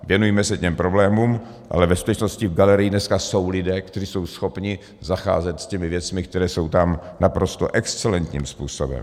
Věnujme se těm problémům, ale ve skutečnosti v galerii dneska jsou lidé, kteří jsou schopni zacházet s těmi věcmi, které tam jsou, naprosto excelentním způsobem.